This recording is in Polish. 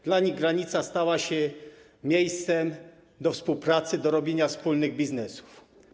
Dla nich granica stała się miejscem do współpracy, do robienia wspólnych biznesów.